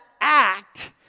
act